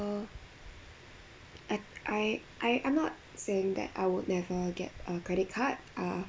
uh I I I I'm not saying that I would never get a credit card ah